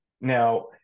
now